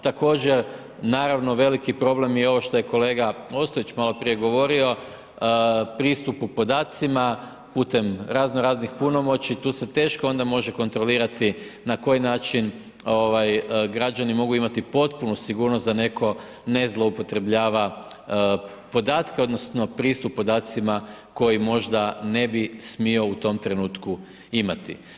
Također, naravno veliki problem je i ovo što je kolega Ostojić maloprije govorio, pristupu podacima putem razno raznih punomoći, tu se onda teško onda može kontrolirati na koji način građani mogu imati potpunu sigurnost da netko ne zloupotrebljava podatke odnosno pristup podacima koji možda ne bi smio u tom trenutku imati.